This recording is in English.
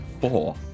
four